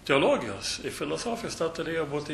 teologijos ir filosofijos ta turėjo būti